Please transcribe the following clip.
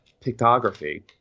pictography